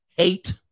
Hate